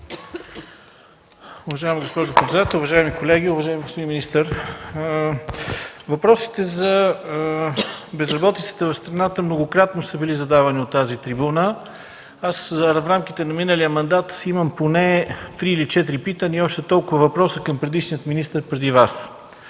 Уважаема госпожо председател, уважаеми колеги, уважаеми господин министър! Въпросите за безработицата в страната многократно са били задавани от тази трибуна. В рамките на миналия мандат имам поне три или четири питания и още толкова въпроси към предишния министър. Тази